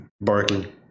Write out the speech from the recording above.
barking